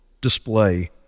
display